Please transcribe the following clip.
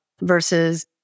versus